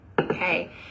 Okay